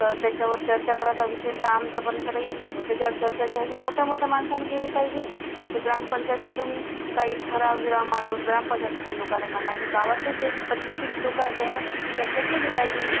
तर त्याच्यावर चर्चा करायचा विषय तर आमच्यापर्यंत काही येतच नाही त्याच्यावर चर्चा जी आहे जे मोठ्या मोठ्या माणसाने केली पाहिजे जसे ग्रामपंचायतमधून काही ठराव गिराव मांडून ग्रामपंचायतमधल्या लोकांना म्हणा की गावातले जे बी पतिष्ठित लोकं आहे त्यांनी चर्चा केली पाहिजे